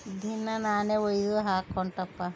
ದಿನಾ ನಾನೇ ಒಯ್ದು ಹಾಕೊಂಟಪ್ಪ